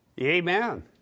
Amen